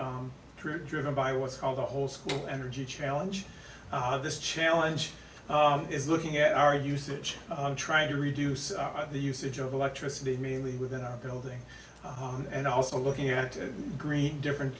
true driven by what's called the whole school energy challenge this challenge is looking at our usage trying to reduce the usage of electricity mainly within our building and also looking at green different